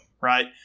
right